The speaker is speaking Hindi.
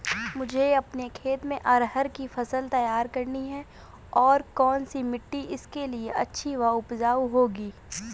मुझे अपने खेत में अरहर की फसल तैयार करनी है और कौन सी मिट्टी इसके लिए अच्छी व उपजाऊ होगी?